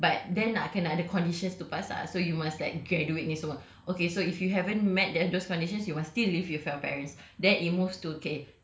yes one room flat but then nak kena ada conditions to pass lah so you must like graduate ini semua okay so if you haven't met that those conditions you still live with your parents